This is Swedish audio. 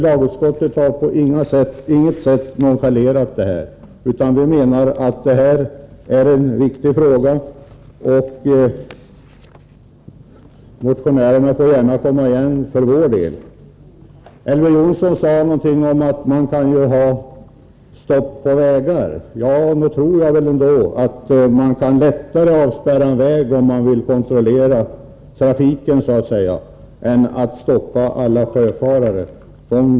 Lagutskottet har på intet sätt nonchalerat frågan utan menar att den är viktig. För vår del får motionärerna gärna komma igen. Nr 116 Elver Jonsson sade någonting om att man kan anordna stopp på vägar. Jag Onsdagen den tror nog att man lättare kan avspärra vägar, om man vill kontrollera trafiken, 4 april 1984 än att stoppa alla sjöfarare.